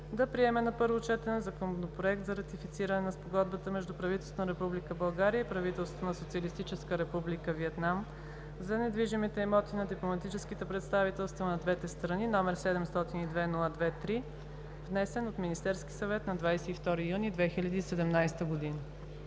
да приеме на първо четене Законопроект за ратифициране на Спогодбата между правителството на Република България и правителството на Социалистическа Република Виетнам за недвижимите имоти на дипломатическите представителства на двете страни, № 702-02-3, внесен от Министерския съвет на 22 юни 2017 г.“